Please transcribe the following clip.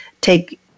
take